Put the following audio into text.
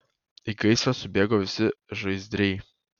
į gaisrą subėgo visi žaizdriai